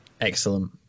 Excellent